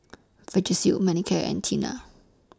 Vagisil Manicare and Tena